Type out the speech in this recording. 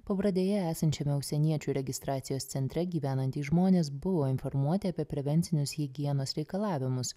pabradėje esančiame užsieniečių registracijos centre gyvenantys žmonės buvo informuoti apie prevencinius higienos reikalavimus